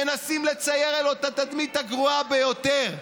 מנסים לצייר לו את התדמית הגרועה ביותר,